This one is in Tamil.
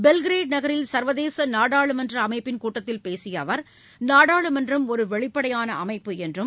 பெல்கிரேடு நகரில் சர்வதேச நாடாளுமன்ற அமைப்பின் கூட்டத்தில் பேசிய அவர் நாடாளுமன்றம் ஒரு வெளிப்படையான அமைப்பு என்றும்